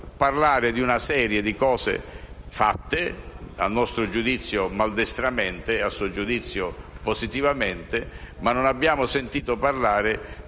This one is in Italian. di una serie di cose fatte, a nostro giudizio maldestramente e a suo giudizio positivamente, ma non abbiamo sentito parlare